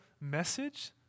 message